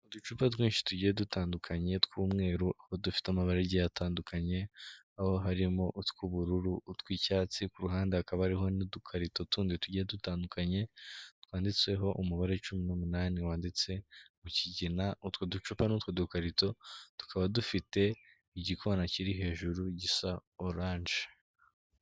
Uducupa twinshi tugiye dutandukanye tw'umweru, aho dufite amabara agiye atandukanye, aho harimo utw'ubururu utw'icyatsi, kuruhande hakaba hariho n'udukarito tundi tugiye dutandukanye, twanditseho umubare cumi n'umunani wanditse mu kigina, utwo ducupa n'utwo dukarito, tukaba dufite igikona kiri hejuru gisa oranje.